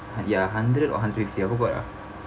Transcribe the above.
ya hundred or hundred if I forgot ah